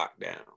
lockdown